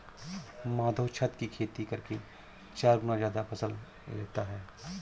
माधव छत की खेती करके चार गुना ज्यादा फसल लेता है